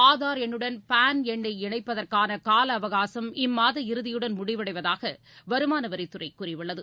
ஆதா் எண்ணுடன் பேன் எண்ணை இணைப்பதற்கானகாலஅவகாசும் இம்மாத இறுதியுடன் முடிவடைவதாகவருமானவரித்துறைகூறியுள்ளது